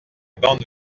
bandes